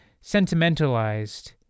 sentimentalized